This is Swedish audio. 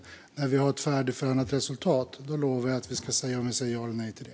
Jag lovar att vi när vi har ett färdigförhandlat resultat ska säga om vi säger ja eller nej till det.